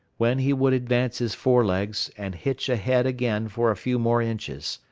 when he would advance his fore legs and hitch ahead again for a few more inches.